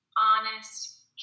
honest